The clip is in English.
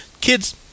Kids